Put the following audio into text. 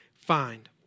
find